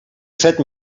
set